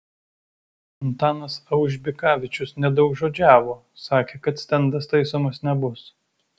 antanas aužbikavičius nedaugžodžiavo sakė kad stendas taisomas nebus